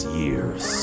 years